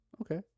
Okay